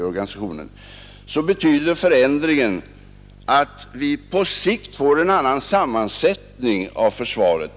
Föränd Torsdagen den ringen innebär att vi på sikt får en annan sammansättning av försvaret.